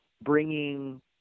bringing